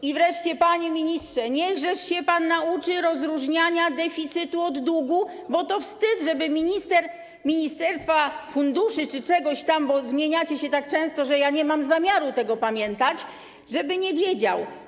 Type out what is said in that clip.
I wreszcie, panie ministrze, niechże się pan nauczy rozróżniania deficytu i długu, bo to wstyd, żeby minister ministerstwa funduszy czy czegoś tam - zmieniacie się tak często, że ja nie mam zamiaru tego pamiętać - nie wiedział.